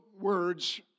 words